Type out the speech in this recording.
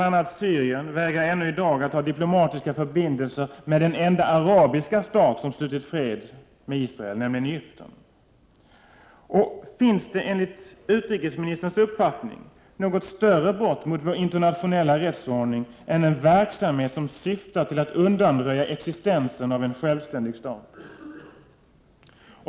a. Syrien vägrar ännu i dag att ha diplomatiska förbindelser med den enda arabiska stat som har slutit fred med Israel, nämligen Egypten. För det första: Finns det enligt utrikesministerns uppfattning något större brott mot vår internationella rättsordning än en verksamhet som syftar till att undanröja en självständig stats existens?